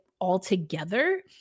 altogether